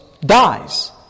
dies